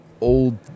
old